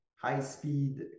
high-speed